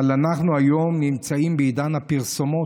אבל אנחנו היום נמצאים בעידן הפרסומות,